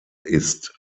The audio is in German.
ist